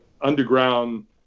underground